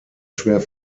schwer